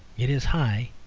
it is high.